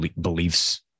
beliefs